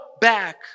back